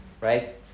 right